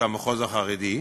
והמחוז החרדי,